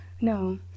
No